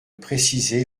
préciser